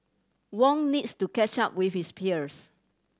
Wong needs to catch up with his peers